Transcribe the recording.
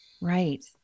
Right